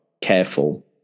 careful